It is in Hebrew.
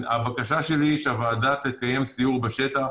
הבקשה שלי היא שהוועדה תקיים סיור בשטח